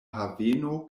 haveno